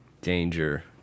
Danger